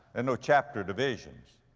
and no chapter divisions.